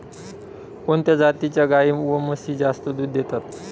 कोणत्या जातीच्या गाई व म्हशी जास्त दूध देतात?